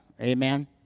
Amen